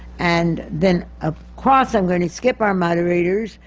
and then ah across, i'm going to skip our moderators,